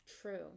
True